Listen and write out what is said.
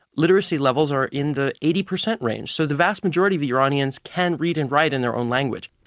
literacy levels are in the eighty percent range, so the vast majority of iranians can read and write in their own language.